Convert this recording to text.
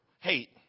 hate